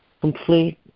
complete